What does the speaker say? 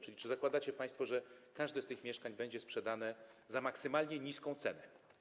Czy zakładacie państwo, że każde z tych mieszkań będzie sprzedane za maksymalnie niską cenę?